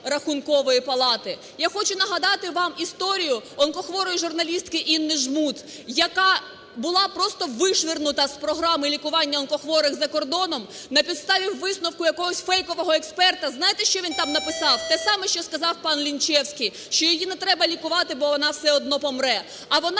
Рахункової палати. Я хочу нагадати вам історію онкохворої журналістки Інни Жмут, яка була просто вишвиргнута з програми лікування онкохворих за кордоном на підставі висновку якогось фейкового експерта. Знаєте, що він там написав? Те саме, що сказав пан Лінчевський, що її не треба лікувати, бо вона все одно помре. А вона